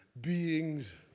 beings